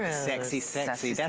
sexy sexy. yeah